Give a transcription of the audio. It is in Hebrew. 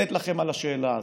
לתת לכם על השאלה הזאת.